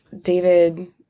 David